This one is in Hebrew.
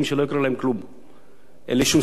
אין לי שום סמכות, אני לא יכול לעשות שום דבר.